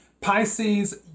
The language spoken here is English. Pisces